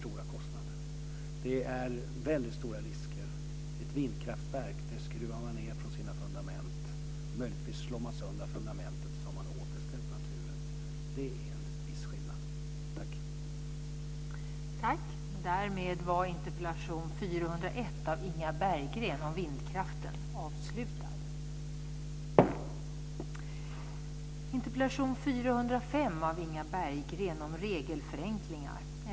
Det är väldigt stora risker. Ett vindkraftverk skruvar man ned från dess fundament. Möjligtvis slår man också sönder fundamentet, så har man återställt naturen.